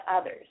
others